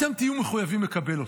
אתם תהיו מחויבים לקבל אותו.